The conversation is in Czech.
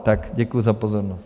Tak děkuji za pozornost.